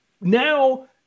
now